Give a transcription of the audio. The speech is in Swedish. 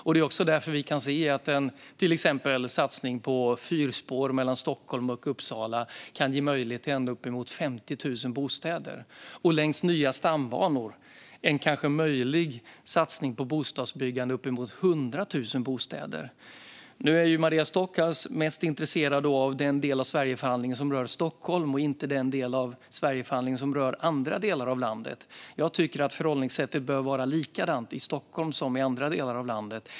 Av detta skäl kan vi se att exempelvis en satsning på fyrspår mellan Stockholm och Uppsala kan ge möjlighet till uppemot 50 000 bostäder. Längs nya stambanor kan man se en möjlig satsning på bostadsbyggande för uppemot 100 000 bostäder. Maria Stockhaus är mest intresserad av den del av Sverigeförhandlingen som rör Stockholm och inte den som rör andra delar av landet. Jag tycker att förhållningssättet bör vara likadant i Stockholm som i andra delar av landet.